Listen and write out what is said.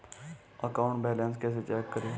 Account balance कैसे check करें?